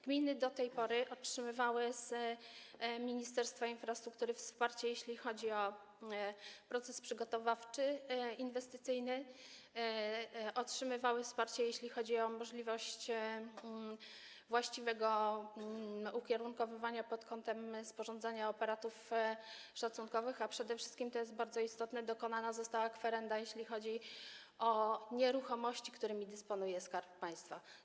Gminy do tej pory otrzymywały z Ministerstwa Infrastruktury wsparcie, jeśli chodzi o proces przygotowawczy, inwestycyjny, otrzymywały wsparcie, jeśli chodzi o możliwość właściwego ukierunkowywania pod kątem sporządzania operatów szacunkowych, a przede wszystkim, to jest bardzo istotne, dokonana została kwerenda, jeśli chodzi o nieruchomości, którymi dysponuje Skarb Państwa.